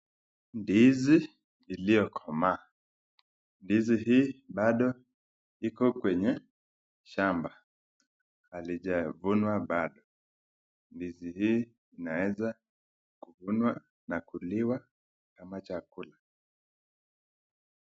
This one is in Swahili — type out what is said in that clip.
Ndizi iliokomaa. Ndizi hii bado iko kwenye shamba, halijavunwa bado. Ndizi hii inaeza kuvunwa na kuliwa kama chakula.